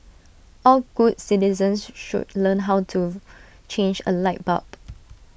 all good citizens should learn how to change A light bulb